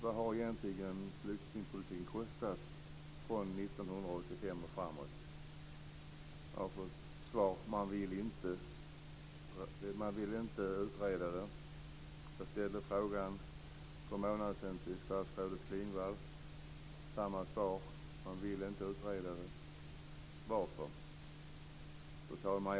Vad har egentligen flyktingpolitiken kostat från 1985 och framåt? Jag har fått svaret att man inte vill utreda det. Jag ställde frågan för en månad sedan till statsrådet Klingvall - samma svar: Man vill inte utreda det. Varför? Fru talman!